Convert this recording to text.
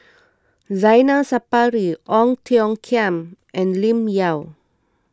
Zainal Sapari Ong Tiong Khiam and Lim Yau